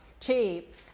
cheap